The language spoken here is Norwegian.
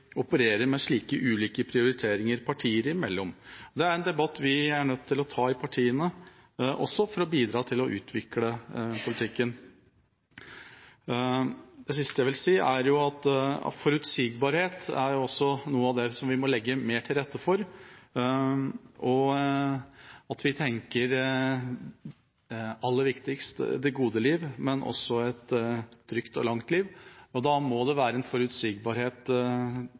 opererer med slike ulike prioriteringer partier imellom. Det er en debatt vi er nødt til å ta i partiene, også for å bidra til å utvikle politikken. Det siste jeg vil si, er at forutsigbarhet er noe av det vi må legge mer til rette for, og at vi tenker – aller viktigst – det gode liv, men også et trygt og langt liv. Da må det være en forutsigbarhet